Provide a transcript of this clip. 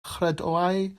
chredoau